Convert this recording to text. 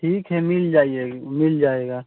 ठीक है मिल जाएगा मिल जाएगा